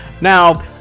Now